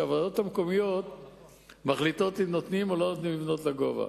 שהוועדות המקומיות מחליטות אם נותנים או לא נותנים לבנות לגובה.